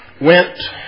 went